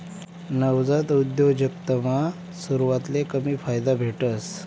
नवजात उद्योजकतामा सुरवातले कमी फायदा भेटस